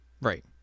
Right